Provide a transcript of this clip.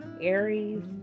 aries